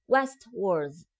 Westwards